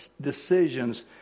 decisions